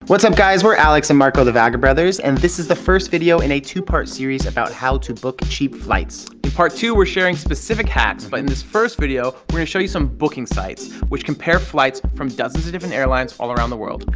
what's up, guys? we're alex and marko, the vagabrothers and this is the first video in a two-part series about how to book cheap flights. in part two, we're sharing specific hacks. but in this first video, we're going to show you some booking sites, which compare flights from dozens of different airlines all around the world.